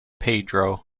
pedro